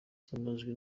z’amajwi